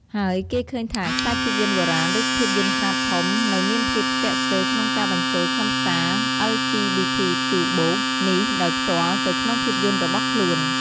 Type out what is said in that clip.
ហើយគេឃើញថាខ្សែភាពយន្តបុរាណ ឬភាពយន្ដខ្នាតធំនៅមានភាពស្ទាក់ស្ទើរក្នុងការបញ្ចូលខ្លឹមសារ អិល ជី ប៊ី ធី ខ្ជូ បូក (LGBTQ+) នេះដោយផ្ទាល់ទៅក្នុងភាពយន្ដរបស់ខ្លួន។